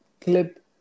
clip